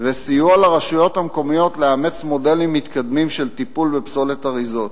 וסיוע לרשויות המקומיות לאמץ מודלים מתקדמים של טיפול בפסולת אריזות,